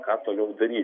ką toliau daryti